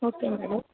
okay madam